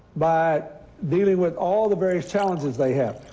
by dealing with all the various challenges they have.